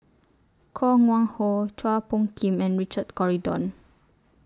Koh Wang Ho Chua Phung Kim and Richard Corridon